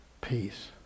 peace